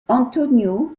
antonio